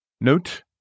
Note